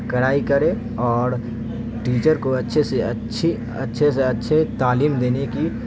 کڑائی کرے اور ٹیچر کو اچھے سے اچھی اچھے سے اچھے تعلیم دینے کی